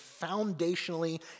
foundationally